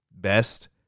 best